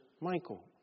Michael